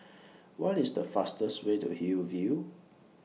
What IS The fastest Way to Hillview